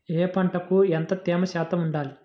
ఏ పంటకు ఎంత తేమ శాతం ఉండాలి?